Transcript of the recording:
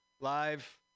live